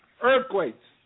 earthquakes